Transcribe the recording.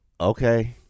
Okay